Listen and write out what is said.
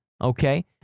Okay